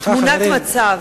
תמונת מצב: